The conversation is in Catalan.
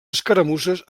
escaramusses